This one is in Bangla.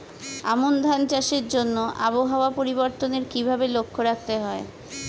আমন ধান চাষের জন্য আবহাওয়া পরিবর্তনের কিভাবে লক্ষ্য রাখতে হয়?